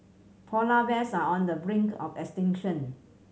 polar bears are on the brink of extinction